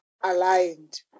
aligned